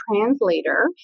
translator